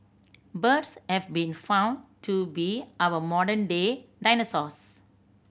birds have been found to be our modern day dinosaurs